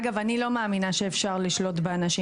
אגב אני לא מאמינה שאפשר לשלוט באנשים,